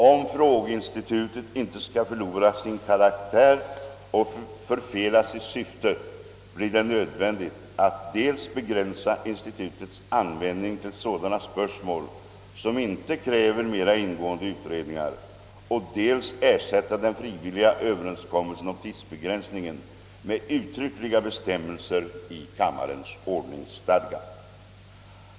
Om frågeinstitutet inte skall förlora sin karaktär och förfela sitt syfte, blir det nödvändigt att dels begränsa institutets användning till sådana spörsmål som inte kräver mera ingående utredningar, dels er sätta den frivilliga överenskommelsen om tidsbegränsning med uttryckliga bestämmelser i kammarens ordningsstadga.